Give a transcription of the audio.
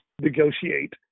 negotiate